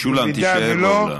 משולם, תישאר באולם.